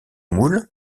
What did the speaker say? moule